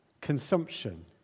consumption